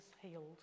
healed